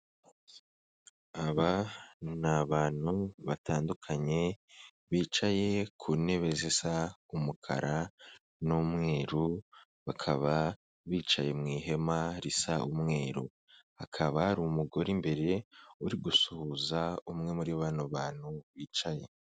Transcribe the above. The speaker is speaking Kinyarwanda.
Aba ni abantu batandukanye bicaye ku ntebe zisa umukara n'umweru, bakaba bicaye mu ihema risa umweru, hakaba hari umugore imbere uri gusuhuza umwe muri bano bantu bicaye.